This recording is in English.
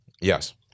Yes